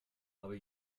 aber